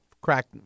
cracked